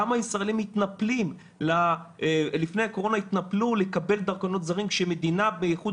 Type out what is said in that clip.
כמה ישראלים התנפלו לפני הקורונה לקבל דרכונים זרים כשמדינה באיחוד